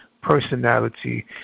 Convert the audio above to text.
personality